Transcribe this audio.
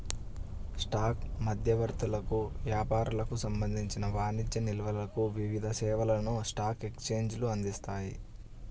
stock మధ్యవర్తులకు, వ్యాపారులకు సంబంధించిన వాణిజ్య నిల్వలకు వివిధ సేవలను స్టాక్ ఎక్స్చేంజ్లు అందిస్తాయి